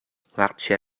ngakchia